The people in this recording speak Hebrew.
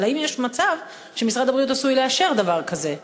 אבל האם יש מצב שמשרד הבריאות עשוי לאשר דבר כזה?